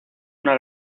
una